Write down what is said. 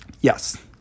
yes